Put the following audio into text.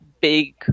big